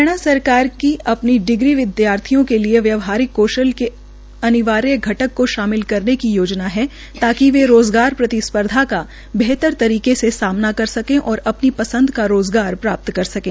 हरियाणा सरकार की अपने डिग्री विद्यार्थियों के लिए व्यावहारिक कौशल के अनिवार्य घटक को शामिल करने की योजना है ताकि वे रोजगार प्रतिस्पर्धा का बेहतर तरीके से सामना कर सकें और अपनी पसंद का रोजगार प्राप्त कर सकें